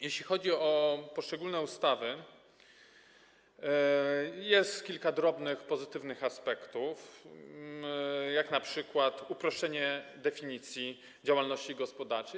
Jeśli chodzi o poszczególne ustawy, jest kilka drobnych pozytywnych aspektów, jak np. uproszczenie definicji działalności gospodarczej.